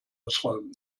ausräumen